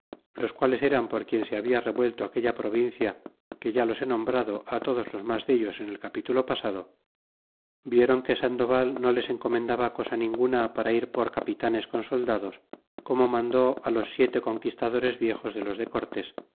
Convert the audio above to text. los quales eran por quien se habla revuelto aquella provincia que ya los he nombrado á todos los mas dellos en el capitulo pasado vieron que sandoval no les encomendaba cosa ninguna para ir por capitanes con soldados como mandó a los siete conquistadores viejos de los de cortes